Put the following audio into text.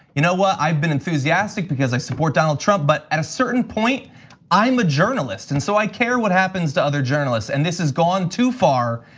you know what? i've been enthusiastic because i support donald trump, but at a certain point i am a journalist, and so i care what happens to other journalists and this has gone too far.